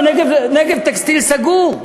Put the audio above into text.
ו"נגב טקסטיל" סגור.